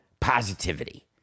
positivity